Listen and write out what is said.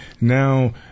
now